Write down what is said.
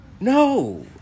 No